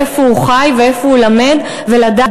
איפה הוא חי ואיפה הוא לומד ולדעת,